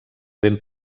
ben